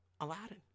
Aladdin